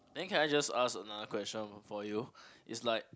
then can I just ask another question for you is like